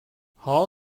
hall